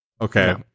Okay